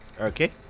Okay